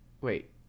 Wait